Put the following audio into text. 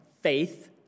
faith